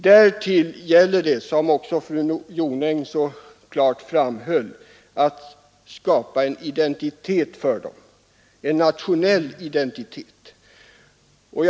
Därtill gäller det, som fru Jonäng så klart framhöll, att skapa en nationell identitet för dem.